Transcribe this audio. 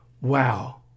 Wow